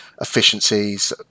efficiencies